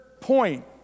point